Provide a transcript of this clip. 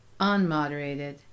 unmoderated